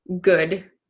good